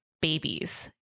babies